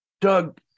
doug